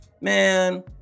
man